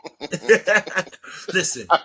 Listen